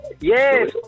Yes